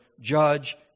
judge